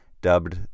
dubbed